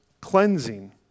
cleansing